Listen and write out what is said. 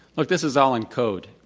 look, this is all in code.